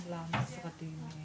עלה גם מהמשתתפים ב-zoom,